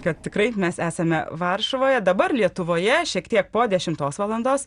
kad tikrai mes esame varšuvoje dabar lietuvoje šiek tiek po dešimtos valandos